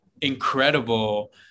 incredible